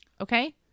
Okay